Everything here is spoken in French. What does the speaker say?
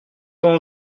pas